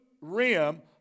rim